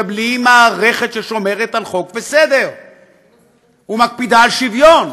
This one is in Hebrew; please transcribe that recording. ובלי מערכת ששומרת על חוק וסדר ומקפידה על שוויון.